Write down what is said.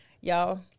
y'all